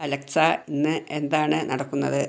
Alexa ഇന്ന് എന്താണ് നടക്കുന്നത്